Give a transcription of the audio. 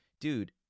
dude